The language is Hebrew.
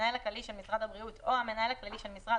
המנהל הכללי של משרד הבריאות או המנהל הכללי של משרד